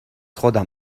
خودم